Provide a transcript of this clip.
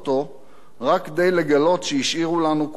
רק כדי לגלות שהשאירו לנו קופה ריקה,